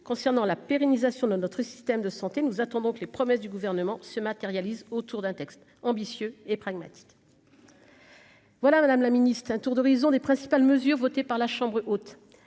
concernant la pérennisation de notre système de santé, nous attendons que les promesses du gouvernement se matérialisent autour d'un texte ambitieux et pragmatique. Voilà, Madame la Ministre, un tour d'horizon des principales mesures votées par la Chambre haute,